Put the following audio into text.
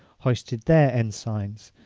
hoisted their ensigns,